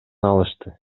алышты